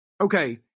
Okay